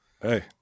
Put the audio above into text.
Hey